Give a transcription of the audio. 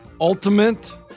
Ultimate